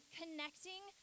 connecting